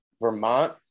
Vermont